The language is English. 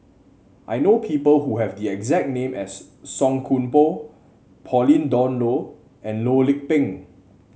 I know people who have the exact name as Song Koon Poh Pauline Dawn Loh and Loh Lik Peng